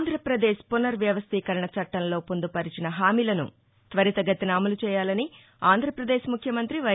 ఆంధ్రాపదేశ్ పునర్ వ్యవస్థీకరణ చట్లంలో పొందుపరచిన హామీలను త్వరితగతిన అమలు చేయాలని ఆంధ్రాపదేశ్ ముఖ్యమంతి వై